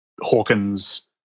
Hawkins